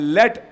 let